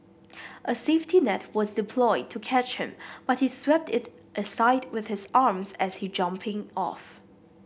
a safety net was deployed to catch him but he swept it aside with his arms as he jumping off